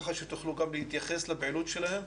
כך שתוכלו להתייחס לפעילות שלהם,